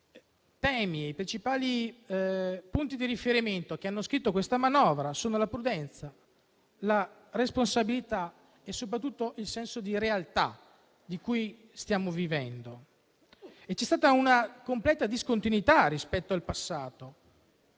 I principali temi e punti di riferimento con cui è stata scritta la manovra sono la prudenza, la responsabilità e soprattutto il senso di realtà con cui stiamo vivendo. C'è stata una completa discontinuità rispetto al passato.